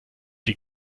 die